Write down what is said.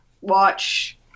watch